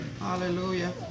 Hallelujah